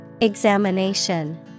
Examination